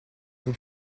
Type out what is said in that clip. vous